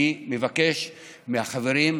אני מבקש מהחברים,